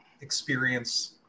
experience